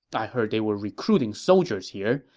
i heard they were recruiting soldiers here,